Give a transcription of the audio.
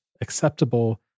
acceptable